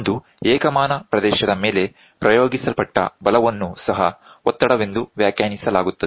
ಒಂದು ಏಕಮಾನ ಪ್ರದೇಶದ ಮೇಲೆ ಪ್ರಯೋಗಿಸಲ್ಪಟ್ಟ ಬಲವನ್ನು ಸಹ ಒತ್ತಡವೆಂದು ವ್ಯಾಖ್ಯಾನಿಸಲಾಗುತ್ತದೆ